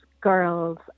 girls